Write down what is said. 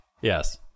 Yes